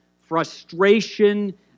frustration